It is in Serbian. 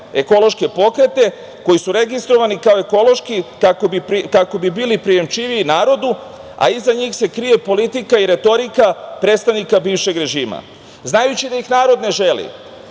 ekološke pokrete koji su registrovani kao ekološki kako bi bili prijemčiviji narodu, a iza njih se krije politika i retorika predstavnika bivšeg režima. Znajući da ih narod ne želi,